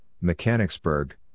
Mechanicsburg